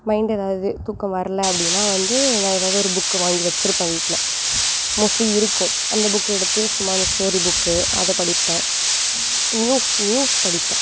mind எதாவுது தூக்கம் வரல அப்படின்னா வந்து நான் எதாவது ஒரு புக்கை வாங்கி வச்சுருப்பேன் வீட்டில் மோஸ்ட்லி இருக்கும் அந்த புக்கை எடுத்து சும்மா அந்த ஸ்டோரி புக்கு அதை படிப்பேன் நியூஸ் நியூஸ் படிப்பேன்